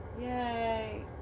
Yay